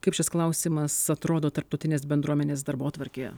kaip šis klausimas atrodo tarptautinės bendruomenės darbotvarkėje